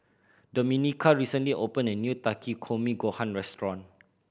Domenica recently opened a new Takikomi Gohan Restaurant